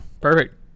Perfect